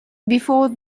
before